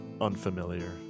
unfamiliar